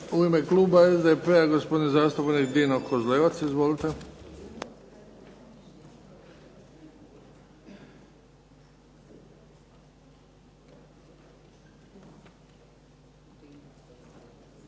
U ime kluba SDP-a gospodin zastupnik Dino Kozlevac. Izvolite.